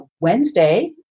Wednesday